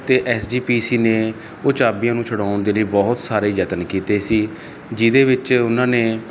ਤੇ S G P C ਨੇ ਉਹ ਚਾਬੀਆਂ ਨੂੰ ਛਡਾਉਣ ਦੇ ਲਈ ਬਹੁਤ ਸਾਰੇ ਯਤਨ ਕੀਤੇ ਸੀ ਜਿਹਦੇ ਵਿੱਚ ਉਨ੍ਹਾਂ ਨੇ